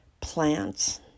plants